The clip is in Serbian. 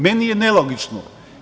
Meni je nelogično.